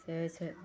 से होइ छै